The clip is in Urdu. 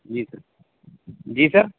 جی سر جی سر